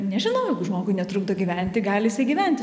nežinau jeigu žmogui netrukdo gyventi gali jisai gyventi